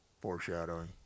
foreshadowing